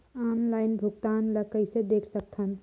Online भुगतान ल कइसे देख सकथन?